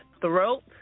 throat